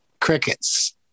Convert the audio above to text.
Crickets